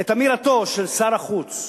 את אמירתו של שר החוץ,